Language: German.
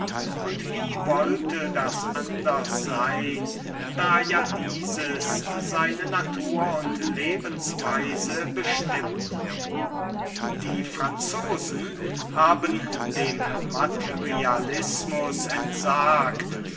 und wie wollte das anders sein da ja dieses seine natur und lebensweise bestimmt die franzosen haben dem materialismus entsagt